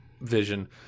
vision